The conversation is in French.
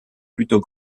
plutôt